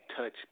touch